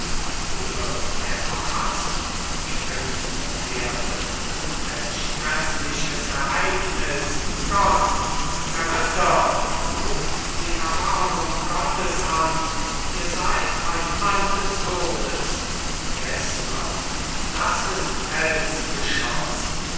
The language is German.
harras springt vom pferde welch grässliches ereignis gott herr ritter ruft die erbarmung gottes an ihr seid ein mann des todes gessler das ist